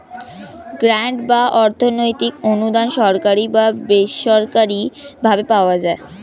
grant বা অর্থনৈতিক অনুদান সরকারি বা বেসরকারি ভাবে পাওয়া যায়